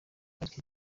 ariko